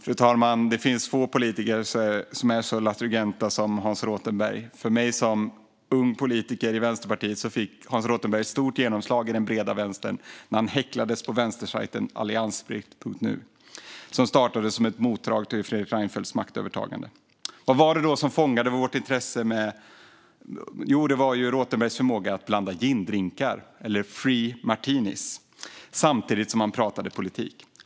Fru talman! Det finns få politiker som är så laturgenta som Hans Rothenberg. När jag var ung politiker i Vänsterpartiet fick Hans Rothenberg stort genomslag i den breda vänstern när han häcklades på vänstersajten alliansfritt.nu, som startades som ett motdrag vid Fredrik Reinfeldts maktövertagande. Vad var det då som fångade vårt intresse? Jo, det var ju Rothenbergs förmåga att blanda gindrinkar, eller free martinis, samtidigt som han pratade politik.